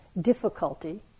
difficulty